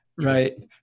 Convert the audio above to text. right